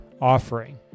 offering